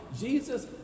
Jesus